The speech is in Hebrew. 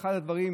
אחד הדברים,